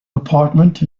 apartment